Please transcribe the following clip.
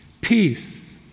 Peace